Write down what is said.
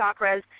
chakras